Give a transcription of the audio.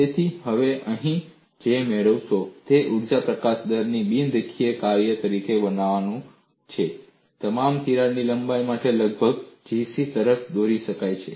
તેથી તમે અહીં જે મેળવશો તે છે ઊર્જા પ્રકાશન દરને બિન રેખીય કાર્ય તરીકે બનાવવું એ તમામ તિરાડ લંબાઈ માટે લગભગ સમાન Gc તરફ દોરી જાય છે